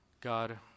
God